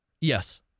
Yes